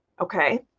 Okay